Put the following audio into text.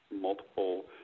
multiple